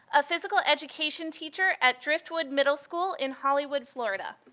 a physical education teacher at driftwood middle school in hollywood, florida.